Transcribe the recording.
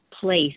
place